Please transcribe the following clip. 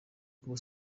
kuba